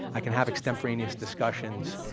i can have extemporaneous discussions,